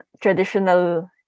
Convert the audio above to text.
traditional